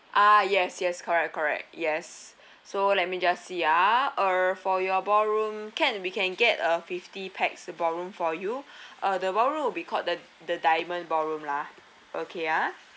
ah yes yes correct correct yes so let me just see ah err for your ballroom can we can get uh fifty pax a ballroom for you uh the ballroom will be called the the diamond ballroom lah okay ah